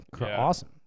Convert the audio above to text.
Awesome